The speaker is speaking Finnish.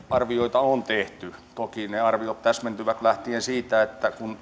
arvioita on tehty toki ne arviot täsmentyvät lähtien siitä että kun nyt